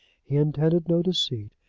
he intended no deceit,